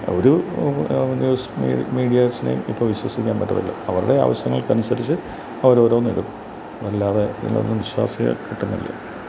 ഒരു ന്യൂസിനെയും മീഡിയസിനെയും ഇപ്പം വിശ്വസിക്കാൻ പറ്റത്തില്ല അവരുടെ ആവശ്യങ്ങൾക്ക് അനുസരിച്ച് അവർ ഓരോന്നിടും അല്ലാതെ ഇതിലൊന്നും വിശ്വാസ്യത കിട്ടുന്നില്ല